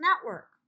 network